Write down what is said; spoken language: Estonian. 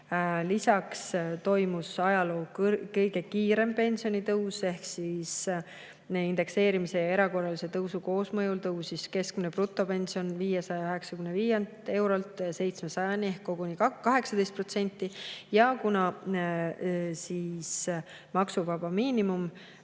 Lisaks toimus ajaloo kõige kiirem pensionitõus ehk indekseerimise ja erakorralise tõusu koosmõjul tõusis keskmine brutopension 595 eurolt 700-ni ehk koguni 18%. Ja kuna maksuvaba miinimum